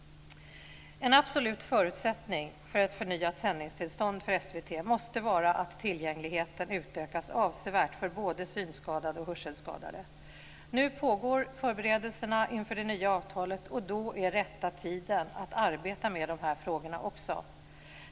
En absolut förutsättning för ett förnyat sändningstillstånd för SVT måste vara att tillgängligheten utökas avsevärt för både synskadade och hörselskadade. Nu pågår förberedelserna inför det nya avtalet, och då är rätta tiden att arbeta också med de här frågorna.